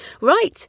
Right